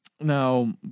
Now